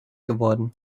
geworden